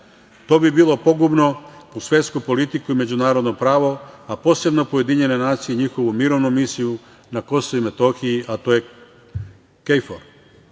To bi bilo pogubno za svetsku politiku i međunarodno pravo, a posebno po UN i njihovu mirovnu misiju na Kosovu i Metohiji, a to je KFOR.U